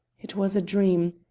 it was a dream.